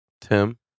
Tim